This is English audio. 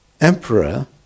emperor